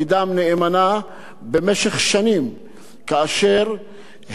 כאשר הם פועלים במסירות,